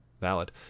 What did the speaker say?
valid